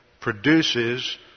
produces